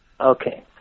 Okay